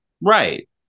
Right